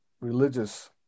religious